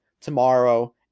tomorrow